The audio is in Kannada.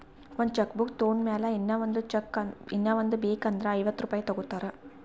ಒಂದ್ ಚೆಕ್ ಬುಕ್ ತೊಂಡ್ ಮ್ಯಾಲ ಇನ್ನಾ ಒಂದ್ ಬೇಕ್ ಅಂದುರ್ ಐವತ್ತ ರುಪಾಯಿ ತಗೋತಾರ್